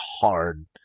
hard